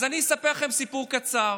אז אני אספר לכם סיפור קצר.